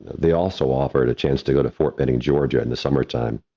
they also offered a chance to go to fort benning, georgia in the summertime